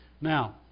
Now